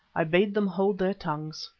i bade them hold their tongues.